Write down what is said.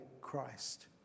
Christ